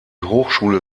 hochschule